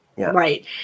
Right